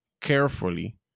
carefully